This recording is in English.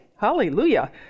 Hallelujah